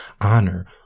honor